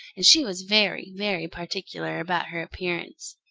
and she was very, very particular about her appearance.